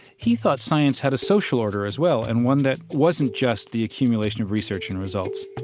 he thought science had a social order as well, and one that wasn't just the accumulation of research and results